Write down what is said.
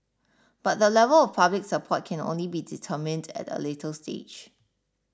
but the level of public support can only be determined at a later stage